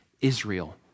Israel